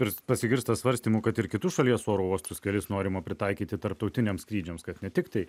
ir pasigirsta svarstymų kad ir kitus šalies oro uostus kelis norima pritaikyti tarptautiniams skrydžiams kad ne tiktai